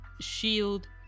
Shield